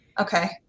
Okay